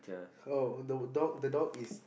oh no dog the dog is